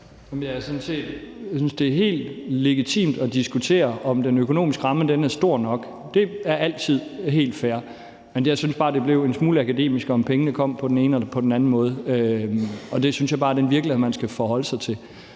Jeg synes, det er helt legitimt at diskutere, om den økonomiske ramme er stor nok; det er altid helt fair. Men jeg synes bare, det blev en smule akademisk, om pengene kom på den ene eller på den anden måde, og det synes jeg bare er den virkelighed, man skal forholde sig til.